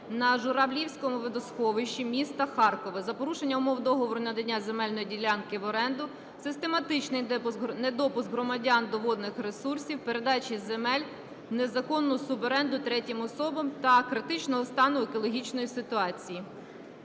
на Журавлівському водосховищі міста Харкова, за порушення умов договору надання земельної ділянки в оренду, систематичний недопуск громадян до водних ресурсів, передачі земель в незаконну суборенду третім особам та критичного стану екологічної ситуації.